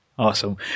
Awesome